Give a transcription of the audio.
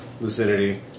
Lucidity